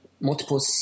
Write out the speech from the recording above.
multiple